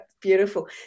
beautiful